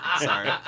Sorry